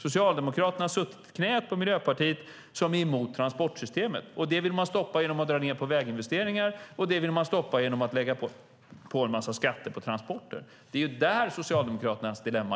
Socialdemokraterna har suttit i knät på Miljöpartiet, som är emot transportsystemet. Miljöpartiet vill stoppa det genom att dra ned på väginvesteringar och genom att lägga en massa skatter på transporter. Det är Socialdemokraternas dilemma.